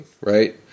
right